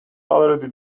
already